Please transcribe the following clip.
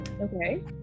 okay